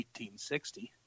1860